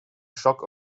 shock